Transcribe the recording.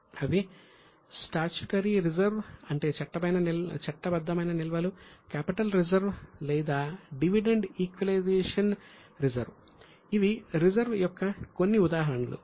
అవి statutory reserve యొక్క కొన్ని ఉదాహరణలు